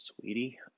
sweetie